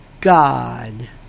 God